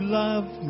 love